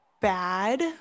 bad